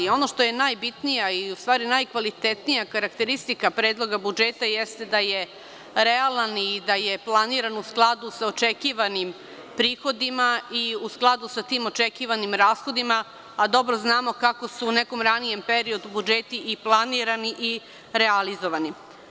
Ono što je najbitnija i najkvalitetnija karakteristika Predloga budžeta jeste da je realan i da je planiran u skladu sa očekivanim prihodima i u skladu sa tim očekivanim rashodima, a dobro znamo kako su u nekom ranijem periodu budžeti i planirani i realizovani.